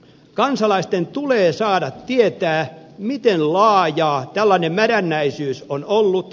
kansalaisten tulee saada tietää miten laajaa tällainen mädännäisyys on ollut